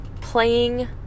playing